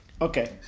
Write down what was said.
Okay